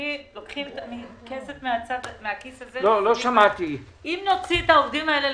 לוקחים תמיד כסף מהכיס הזה אם נוציא את העובדים לחל"ת,